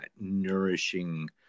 nourishing